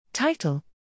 Title